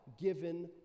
given